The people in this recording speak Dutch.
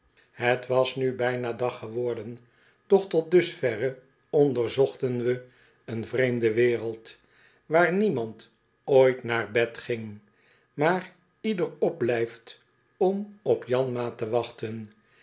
het was nu bijna dag geworden doch tot dusverre onderzochten we een vreemde wereld waar niemand ooit naar bed ging maar ieder opblijft om op janmaat te wachten